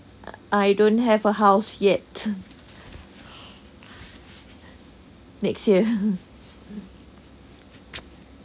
I don't have a house yet next year